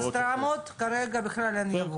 פסטרמות כרגע בכלל אין יבוא?